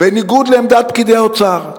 בניגוד לעמדת פקידי האוצר,